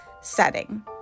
setting